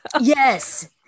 Yes